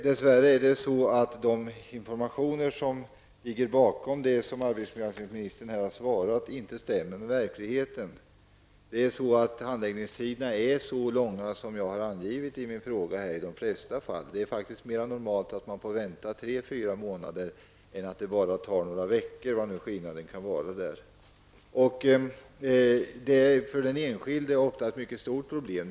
Dess värre är det så att de informationer som ligger till grund för arbetsmarknadsministerns svar inte stämmer med verkligheten. Handläggningstiderna är i de flesta fall så långa som jag har angivit i min fråga. Det är faktiskt mera normalt att man får vänta tre eller fyra månader än att det bara tar några veckor -- vad nu skillnaden kan bero på. Detta är för den enskilde ofta ett mycket stort problem.